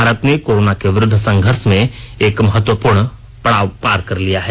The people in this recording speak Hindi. भारत ने कोरोना के विरुद्ध संघर्ष में एक महत्वपूर्ण पड़ाव पार कर लिया है